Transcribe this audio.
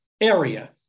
area